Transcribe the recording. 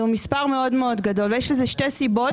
זהו מספר מאוד מאוד גדול ויש לזה שתי סיבות